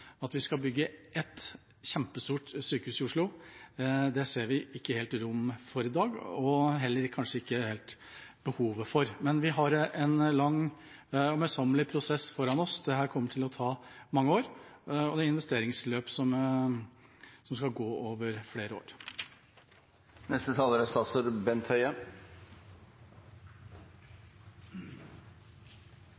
At vi skal bygge ett kjempestort sykehus i Oslo, ser vi ikke at det er rom for i dag, og vi ser heller ikke behovet for det. Men vi har en lang, møysommelig prosess foran oss. Dette kommer til å ta mange år, og det er et investeringsløp som skal gå over flere